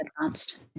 advanced